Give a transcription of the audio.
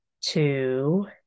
Two